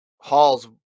Halls